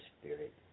spirit